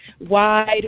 wide